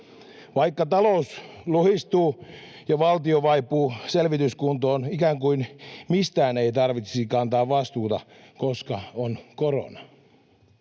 vaikka talous luhistuu ja valtio vaipuu selvityskuntoon ikään kuin mistään ei tarvitsisi kantaa vastuuta, koska on korona.